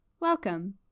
Welcome